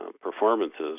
performances